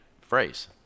phrase